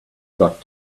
got